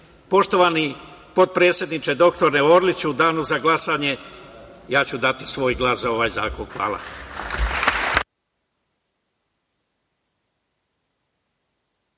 gde. Poštovani potpredsedniče dr Orliću u danu za glasanje ja ću dati svoj glas za ovaj zakon. Hvala.